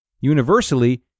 Universally